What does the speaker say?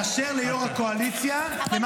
להוריד את החוק הזה.